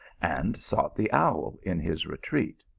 and sought the owl in his retreat.